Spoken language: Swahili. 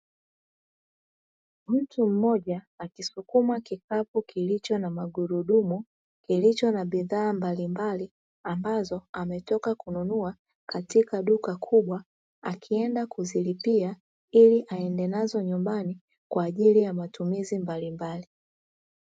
Mtu mmoja akisukuma kikapu kilicho na magurudumu kilicho na bidhaa mbalimbali, ambazo ametoka kununua katika duka kubwa akienda kuzilipia ili aende nazo nyumbani, kwa ajili ya matumizi mbalimbali.